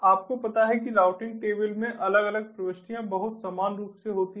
आपको पता है कि राउटिंग टेबल में अलग अलग प्रविष्टियां बहुत समान रूप से होती हैं